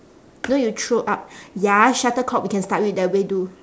you know you throw up ya shuttlecock we can start with that way do